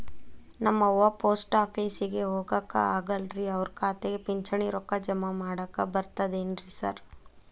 ನಮ್ ಅವ್ವ ಪೋಸ್ಟ್ ಆಫೇಸಿಗೆ ಹೋಗಾಕ ಆಗಲ್ರಿ ಅವ್ರ್ ಖಾತೆಗೆ ಪಿಂಚಣಿ ರೊಕ್ಕ ಜಮಾ ಮಾಡಾಕ ಬರ್ತಾದೇನ್ರಿ ಸಾರ್?